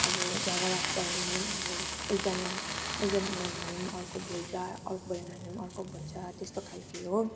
अब झगडाहरू पर्यो भने पनि अब एकजना एकजना बोलेन भने पनि अर्को बोल्छ अर्को बोलेन भने पनि अर्को बोल्छ त्यस्तो खालको हो